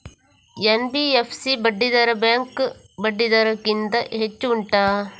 NBFC ಬಡ್ಡಿ ದರ bank ಬಡ್ಡಿ ದರ ಗಿಂತ ಹೆಚ್ಚು ಉಂಟಾ